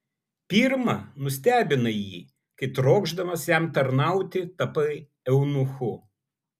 pirma nustebinai jį kai trokšdamas jam tarnauti tapai eunuchu